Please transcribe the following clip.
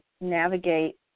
navigate